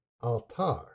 Altar